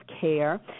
care